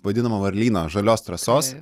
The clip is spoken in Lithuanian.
vadinamo varlyno žalios trasos